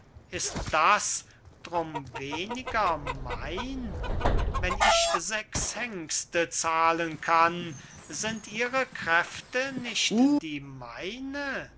ist das drum weniger mein wenn ich sechs hengste zahlen kann sind ihre kräfte nicht die meine